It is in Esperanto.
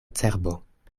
cerbo